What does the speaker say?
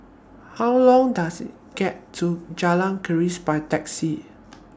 How Long Does IT get to Jalan Keris By Taxi